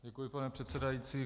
Děkuji, pane předsedající.